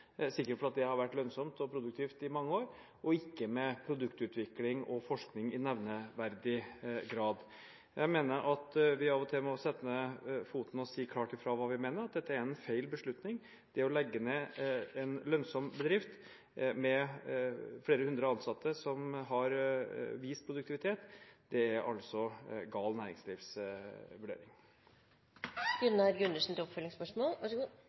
det har vært lønnsomt og produktivt i mange år – og ikke med produktutvikling og forskning i nevneverdig grad. Jeg mener at vi av og til må sette ned foten og si klart fra hva vi mener, at dette er en feil beslutning. Det å legge ned en lønnsom bedrift med flere hundre ansatte som har vist produktivitet, er altså gal